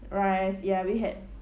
rice ya we had